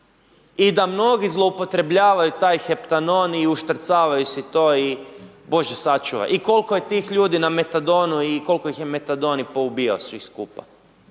i da mnogi zloupotrebljavaju taj Heptanon i uštrcavaju si to i bože sačuvaj i koliko je tih ljudi na Metadonu i kolko ih je Metadon i poubijao svih skupa.